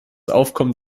aufkommen